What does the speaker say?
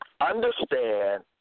Understand